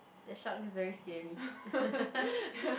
the shark look very scary